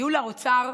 ניהול האוצר,